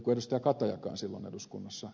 katajakaan silloin eduskunnassa